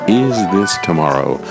isThistomorrow